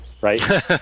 right